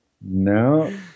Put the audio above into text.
No